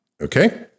Okay